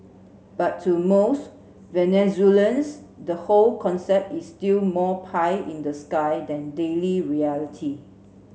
but to most Venezuelans the whole concept is still more pie in the sky than daily reality